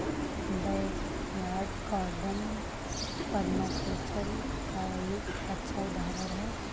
backyard garden permaculture का एक अच्छा उदाहरण हैं